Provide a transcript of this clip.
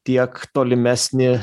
tiek tolimesnį